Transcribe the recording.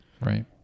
Right